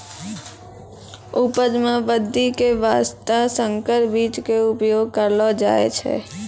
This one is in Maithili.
उपज मॅ वृद्धि के वास्तॅ संकर बीज के उपयोग करलो जाय छै